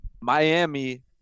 Miami